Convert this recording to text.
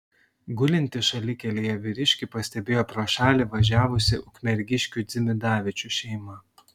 gulintį šalikelėje vyriškį pastebėjo pro šalį važiavusi ukmergiškių dzimidavičių šeima